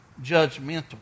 judgmental